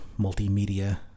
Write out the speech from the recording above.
multimedia